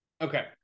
Okay